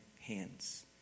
hands